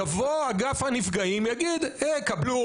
יבוא אגף הנפגעים יגיד יקבלו,